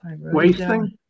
Wasting